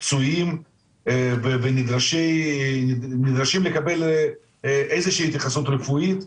פצועים ונדרשים לקבל איזושהי התייחסות רפואית.